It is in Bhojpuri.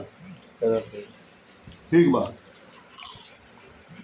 जवना पौधा चाहे गाछ से दवाई बनेला, ओकर ढेर इस्तेमाल होई त आवे वाला समय में बड़ा दिक्कत होई